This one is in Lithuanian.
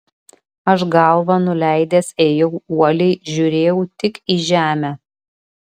aš galvą nuleidęs ėjau uoliai žiūrėjau tik į žemę